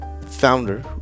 founder